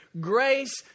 grace